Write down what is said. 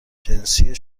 جنسی